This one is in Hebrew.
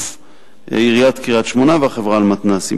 עיריית קריית-שמונה והחברה למתנ"סים.